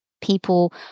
people